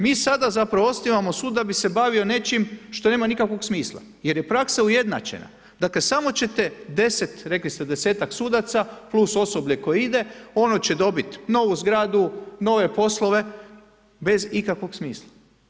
Mi sada, zapravo osnivamo sud, da bi se bavio nečim, što nema nikakvog smisla, jer je praksa ujednačena, dakle, samo ćete, rekli ste 10-tak sudaca plus osoblje koje ide, ono će dobiti novu zgradu, nove poslove, bez ikakvog smisla.